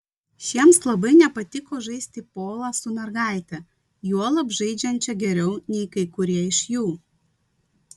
šiems labai nepatiko žaisti polą su mergaite juolab žaidžiančia geriau nei kai kurie iš jų